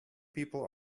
people